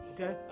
okay